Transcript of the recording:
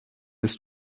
ist